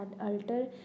alter